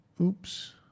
Oops